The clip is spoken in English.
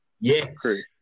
Yes